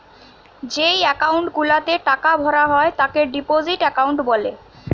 যেই একাউন্ট গুলাতে টাকা ভরা হয় তাকে ডিপোজিট একাউন্ট বলে